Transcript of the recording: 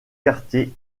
quartiers